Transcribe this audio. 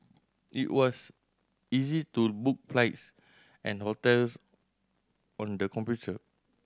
it was easy to book flights and hotels on the computer